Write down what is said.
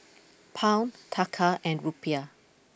Pound Taka and Rupiah